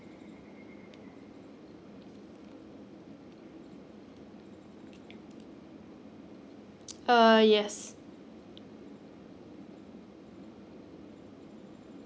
uh yes